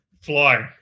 flying